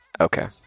Okay